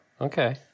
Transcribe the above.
Okay